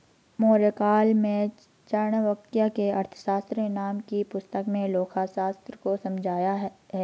मौर्यकाल में चाणक्य नें अर्थशास्त्र नाम की पुस्तक में लेखाशास्त्र को समझाया है